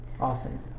Awesome